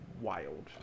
wild